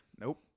Nope